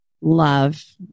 love